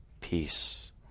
peace